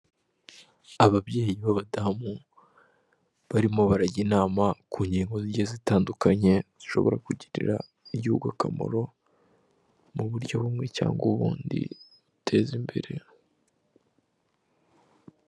Ababyeyi b'abadamu barimo barajya inama ku ngingo zigiye zitandukanye zishobora kugirira igihugu akamaro mu buryo bumwe cyangwa ubundi buteza imbere.